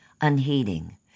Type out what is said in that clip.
unheeding